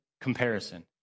comparison